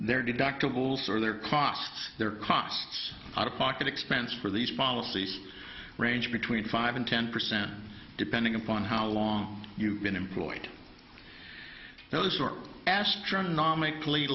their deductibles or their costs their costs out of pocket expense for these policies range between five and ten percent depending upon how long you've been employed those are astronomically